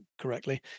correctly